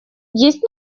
есть